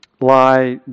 lie